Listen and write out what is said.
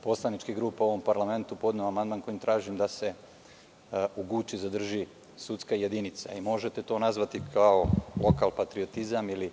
poslaničkih grupa u ovom parlamentu podneo amandman, kojim tražim da se u Guči zadrži sudska jedinica. To možete nazvati lokalpatriotizmom ili